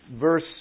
verse